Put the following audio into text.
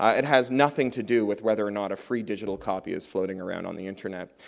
ah it has nothing to do with whether or not a free digital copy is floating around on the internet.